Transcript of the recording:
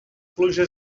pluja